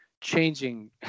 changing